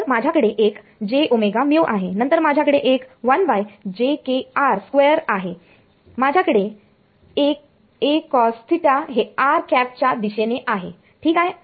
तर माझ्याकडे एक jωμ आहे नंतर माझ्याकडे एक आहे माझ्याकडे a cos θ हे च्या दिशेने आहे ठीक आहे